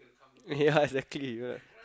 okay ya exactly right